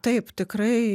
taip tikrai